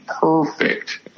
perfect